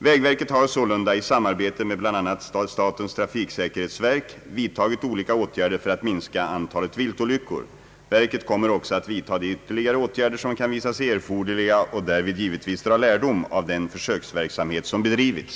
Vägverket har sålunda i samarbete med bl.a. statens trafiksäkerhetsverk vidtagit olika åtgärder för att minska antalet viltolyckor. Verket kommer också att vidta de ytterligare åtgärder, som kan visa sig erforderliga, och därvid givetvis dra lärdom av den försöksverksamhet som bedrivits.